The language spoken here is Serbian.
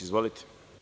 Izvolite.